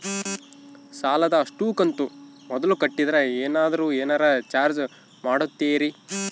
ಸಾಲದ ಅಷ್ಟು ಕಂತು ಮೊದಲ ಕಟ್ಟಿದ್ರ ಏನಾದರೂ ಏನರ ಚಾರ್ಜ್ ಮಾಡುತ್ತೇರಿ?